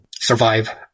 survive